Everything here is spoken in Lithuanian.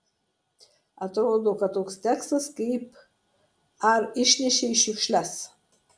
atrodo kad toks tekstas kaip ar išnešei šiukšles